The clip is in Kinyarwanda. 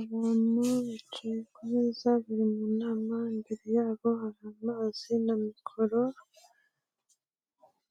Abantu bicaye ku meza bari mu nama, imbere yabo hari amazi na mikoro